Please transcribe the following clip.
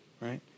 right